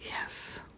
Yes